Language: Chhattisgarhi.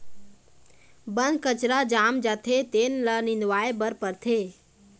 बन कचरा जाम जाथे तेन ल निंदवाए बर परथे